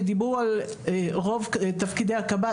דיברו על תפקידי הקב"ס,